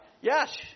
Yes